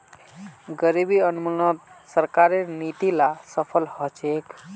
गरीबी उन्मूलनत सरकारेर नीती ला सफल ह छेक